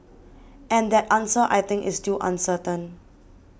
and that answer I think is still uncertain